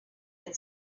had